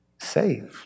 saved